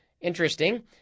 Interesting